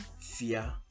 fear